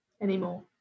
anymore